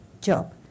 job